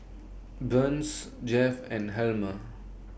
Burns Jeff and Helmer